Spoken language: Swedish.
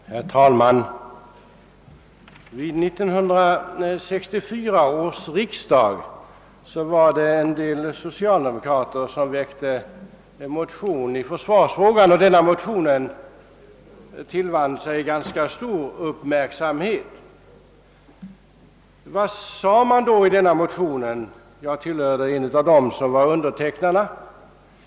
Herr talman! I försvarsfrågan väckte en del socialdemokrater vid 1964 års riksdag en motion som tillvann sig ganska stor uppmärksamhet. Jag var en av undertecknarna. Vad sade vi då i denna motion?